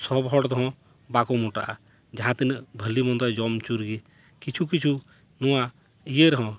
ᱥᱚᱵᱽ ᱦᱚᱲ ᱫᱚ ᱦᱚᱸ ᱵᱟᱠᱚ ᱢᱚᱴᱟᱜᱼᱟ ᱡᱟᱦᱟᱸ ᱛᱤᱱᱟᱹᱜ ᱵᱷᱟᱹᱞᱤ ᱢᱚᱱᱫᱚᱭ ᱡᱚᱢ ᱦᱚᱪᱚᱱ ᱨᱮᱜᱮ ᱠᱤᱪᱷᱩ ᱠᱤᱪᱷᱩ ᱱᱚᱣᱟ ᱤᱭᱟᱹ ᱨᱮᱦᱚᱸ